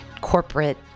corporate